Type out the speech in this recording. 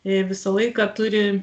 jie visą laiką turi